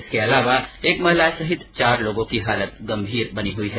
इसके अलावा एक महिला सहित चार लोगों की हालत गंभीर बनी हुई है